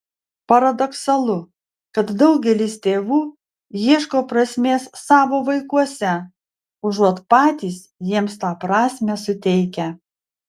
paradoksalu kad daugelis tėvų ieško prasmės savo vaikuose užuot patys jiems tą prasmę suteikę